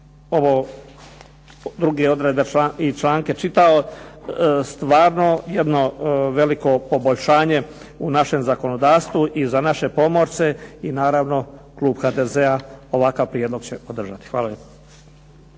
ovo druge odredbe i članke čitao stvarno jedno veliko poboljšanje u našem zakonodavstvu i za naše pomorce i naravno klub HDZ-a ovakav prijedlog će podržati. Hvala